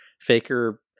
Faker